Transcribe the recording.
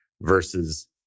versus